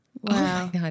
Wow